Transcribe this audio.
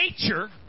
nature